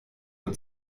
nur